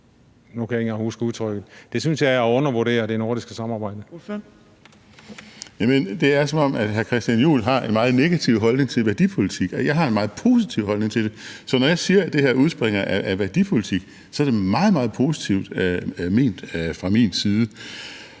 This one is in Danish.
Det er, som om hr. Christian Juhl har en meget negativ holdning til værdipolitik. Jeg har en meget positiv holdning til det, så når jeg siger, at det her udspringer af værdipolitik, er det meget, meget positivt ment fra min side.